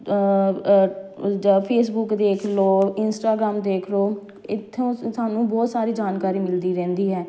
ਜਾਂ ਫੇਸਬੁੱਕ ਦੇਖ ਲਓ ਇੰਸਟਾਗਰਾਮ ਦੇਖ ਲਓ ਇੱਥੋਂ ਸਾਨੂੰ ਬਹੁਤ ਸਾਰੀ ਜਾਣਕਾਰੀ ਮਿਲਦੀ ਰਹਿੰਦੀ ਹੈ